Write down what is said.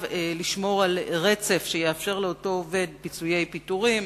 לשמור על רצף שיאפשר לאותו עובד פיצויי פיטורין,